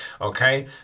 Okay